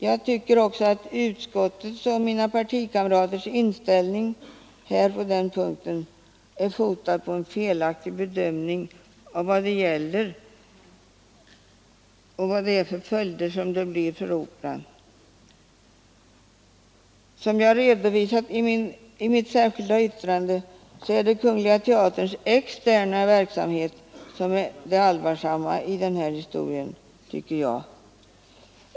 Jag tycker att utskottets och mina partikamraters inställning på denna punkt är fotad på en felaktig bedömning av Operans läge. Som jag redovisat i mitt särskilda yttrande så är det kungl. teaterns externa verksamhet som är det allvarsamma i den här historien.